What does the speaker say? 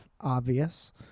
obvious